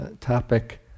topic